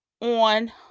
on